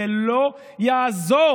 זה לא יעזור.